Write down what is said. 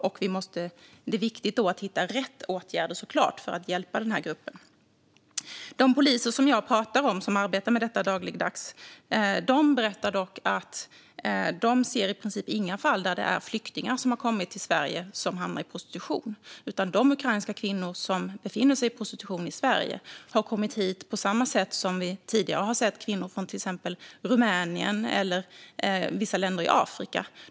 Det är då viktigt såklart att hitta rätt åtgärder för att hjälpa den här gruppen. De poliser jag pratar om som arbetar med detta dagligdags berättar dock att de i princip inte ser några fall där flyktingar som har kommit till Sverige hamnar i prostitution. De ukrainska kvinnor som befinner sig i prostitution i Sverige har kommit hit på samma sätt som vi tidigare har sett när det gäller kvinnor från till exempel Rumänien eller vissa länder i Afrika.